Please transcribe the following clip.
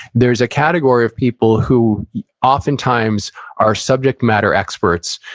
there's a category of people who oftentimes are subject matter experts.